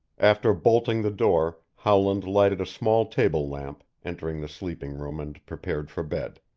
after bolting the door howland lighted a small table lamp, entered the sleeping room and prepared for bed.